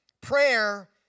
Prayer